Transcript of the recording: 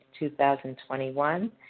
2021